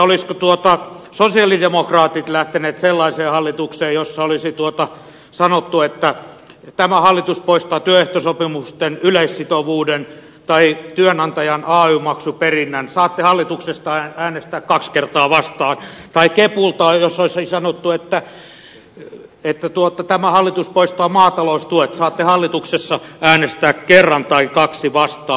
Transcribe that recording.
kysyn olisivatko sosialidemokraatit lähteneet sellaiseen hallitukseen jossa olisi sanottu että tämä hallitus poistaa työehtosopimusten yleissitovuuden tai työnantajan ay maksuperinnän saatte hallituksessa äänestää kaksi kertaa vastaan tai kepu jos olisi sanottu että tämä hallitus poistaa maataloustuet saatte hallituksessa äänestää kerran tai kaksi vastaan